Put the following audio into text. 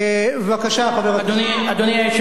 אדוני היושב-ראש, אני יודע, אני נותן לך עוד זמן.